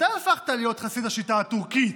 מתי הפכת להיות חסיד השיטה הטורקית?